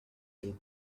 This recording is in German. dem